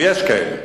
ויש כאלה.